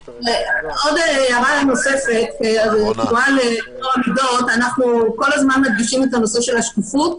בתנועה לטוהר המידות אנחנו כל הזמן מדגישים את הנושא של השקיפות,